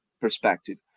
perspective